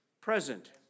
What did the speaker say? present